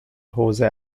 حوزه